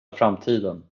framtiden